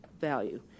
value